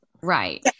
Right